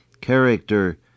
character